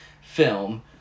film